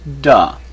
Duh